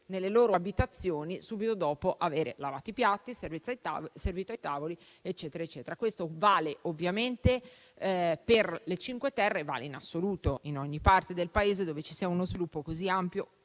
nelle loro abitazioni subito dopo aver lavato i piatti, servito ai tavoli, eccetera. Questo vale ovviamente per le Cinque Terre, ma vale in assoluto in ogni parte del Paese dove ci sia uno sviluppo così ampio,